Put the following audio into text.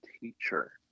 teacher